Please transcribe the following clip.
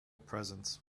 presence